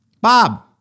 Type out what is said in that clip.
Bob